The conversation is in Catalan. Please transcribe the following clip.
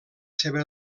seva